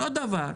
אותו דבר.